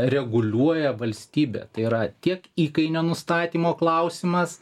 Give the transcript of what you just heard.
reguliuoja valstybė tai yra tiek įkainio nustatymo klausimas